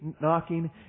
knocking